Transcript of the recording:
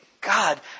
God